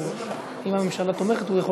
הממשלה תומכת, הוא יכול